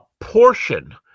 portion